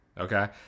okay